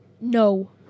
No